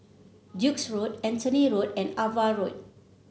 Duke's Road Anthony Road and Ava Road